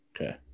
okay